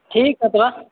ठीक हइ तऽ